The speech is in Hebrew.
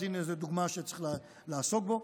אז הינה, זו דוגמה לנושא שצריך לעסוק בו.